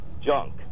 junk